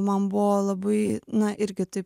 man buvo labai na irgi taip